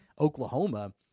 Oklahoma